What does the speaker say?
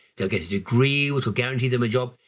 they'll get a degree, which will guarantee them a job.